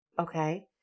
Okay